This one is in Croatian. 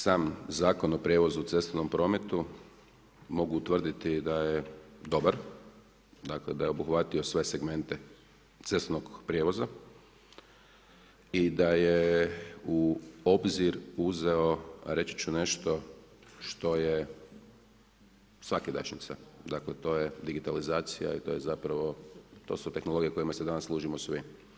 Sam Zakon o prijevozu u cestovnom prometu, mogu tvrditi da je dobar, dakle, da je obuhvatio sve segmente cestovnog prijevoza i da je u obzir uzeo, reći ću nešto, što je svakidašnjica, dakle, to je digitalizacija i to je zapravo, to su tehnologije kojima se služimo svi.